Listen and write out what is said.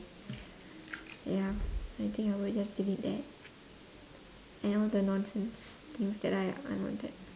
ya I think I would just delete that and all the nonsense things that are unwanted